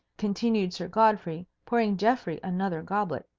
continued sir godfrey, pouring geoffrey another goblet.